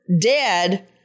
Dead